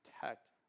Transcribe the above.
protect